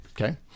okay